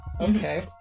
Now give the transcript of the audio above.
Okay